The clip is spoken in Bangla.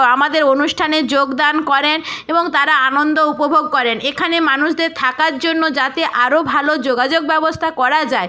আমাদের অনুষ্ঠানে যোগদান করেন এবং তারা আনন্দ উপভোগ করেন এখানে মানুষদের থাকার জন্য যাতে আরো ভালো যোগাযোগ ব্যবস্থা করা যায়